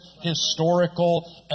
historical